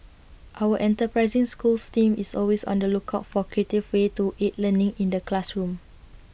our enterprising schools team is always on the lookout for creative ways to aid learning in the classroom